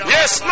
Yes